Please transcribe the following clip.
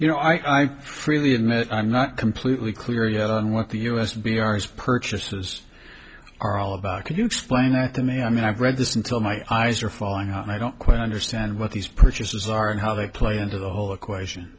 you know i freely admit i'm not completely clear yet on what the u s b arms purchases are all about can you explain it to me i mean i've read this until my eyes are falling and i don't quite understand what these purchases are and how they play into the whole equation